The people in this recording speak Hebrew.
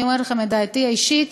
אני אומרת לכם את דעתי האישית: